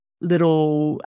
little